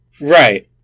Right